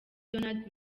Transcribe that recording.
donald